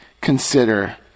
consider